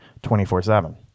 24-7